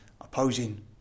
opposing